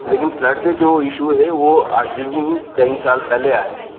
लेकिन फ्लड्ड दे जो इशू हे ओह् अज्ज नेईं केईं साल पैह्लें आए हे